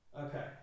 Okay